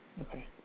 Okay